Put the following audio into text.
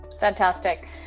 Fantastic